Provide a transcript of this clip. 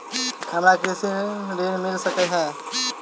हमरा कृषि ऋण मिल सकै है?